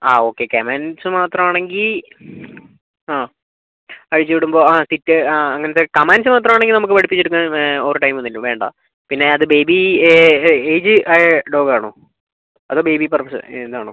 ആ okay commands മാത്രം ആണെങ്കിൽ ആ അഴിച്ച് വിടുമ്പം ആ സിറ്റ് ആ അങ്ങനത്തെ കമാൻഡ്സ് മാത്രം ആണെങ്കിൽ നമുക്ക് പഠിപ്പിച്ച് എടുക്കാൻ ഓവർ ടൈം ഒന്നും വേണ്ട പിന്നെ അത് ബേബി ഏജ് ആയ ഡോഗ് ആണോ അതോ ബേബി പർപ്പസ് ഇതാണോ